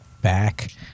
back